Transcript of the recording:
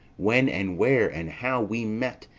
when, and where, and how we met,